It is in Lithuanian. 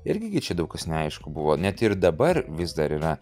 irgi čia daug kas neaišku buvo net ir dabar vis dar yra